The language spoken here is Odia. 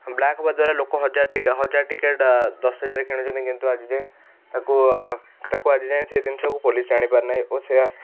ବ୍ଲାକ୍ ହେବା ଦ୍ବାରା ଲୋକ ହଜାର ଟିକେ ହଜାର ଟିକେଟ୍ ଦଶ ହଜାର ରେ କିଣୁଛନ୍ତି କିନ୍ତୁ ଆଜି ଯାଏଁ ତାକୁ ତାକୁ ଆଜି ଯାଏଁ ସେ ଜିନିଷ କୁ ପୋଲିସ ଜାଣି ପାରୁ ନାହିଁ ଓ ସେୟା